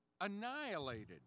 annihilated